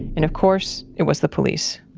and of course it was the police.